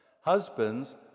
husbands